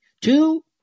Two